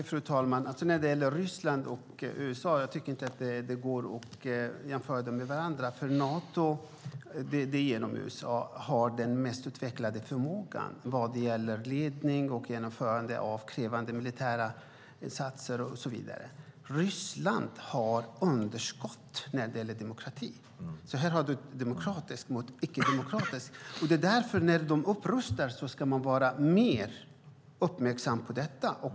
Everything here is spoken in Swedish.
Fru talman! Det går inte att jämföra Ryssland och USA med varandra. Nato har genom USA den mest utvecklade förmågan vad gäller ledning och genomförande av krävande militära insatser, och så vidare. Ryssland har underskott när det gäller demokrati. Här står demokratiskt mot icke-demokratiskt. När de upprustar ska man vara mer uppmärksam på detta.